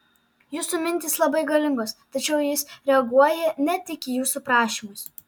jūsų mintys labai galingos tačiau jis reaguoja ne tik į jūsų prašymus